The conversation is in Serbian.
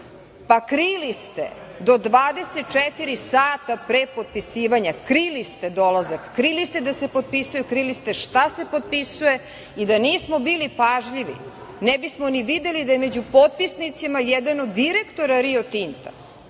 Kad? Krili se do 24 sata pre potpisivanja krili ste dolazak, krili ste da potpisuju tri liste, šta se potpisuje i da nismo bili pažljivi ne bismo ni videli među potpisnicama jedan od direktora Rio Tinta,